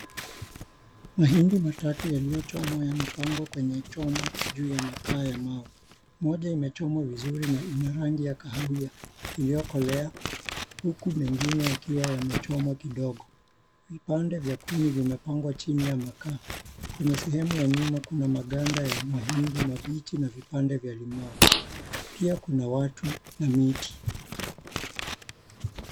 Mahindi matatu yaliyochomwa yamepangwa kwenye choma juu ya makaa ya mawe. Moja imechomwa vizuri na ina rangi ya kahawia iliyokolea huku mengine yakiwa yamechomwa kidogo. Vipande vya kuni vimepangwa chini ya makaa. Kwenye sehemu ya nyuma kuna maganda ya mahindi mabichi na vipande vya limau. Pia kuna watu na miti.